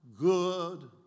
Good